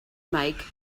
make